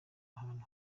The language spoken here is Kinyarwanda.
hantu